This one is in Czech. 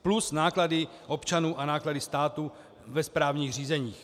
Plus náklady občanů a náklady státu ve správních řízeních.